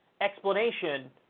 explanation